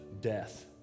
death